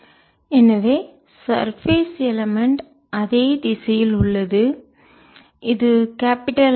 ds charged enclosed0 எனவே surface மேற்பரப்பு element அதே திசையில் உள்ளது இது கேபிடல் ஆர்